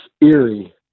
eerie